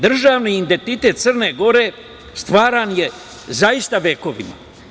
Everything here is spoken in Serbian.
Državni identitet Crne Gore stvaran je zaista vekovima.